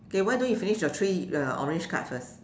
why don't you finish your three your orange card first